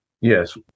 Yes